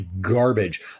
garbage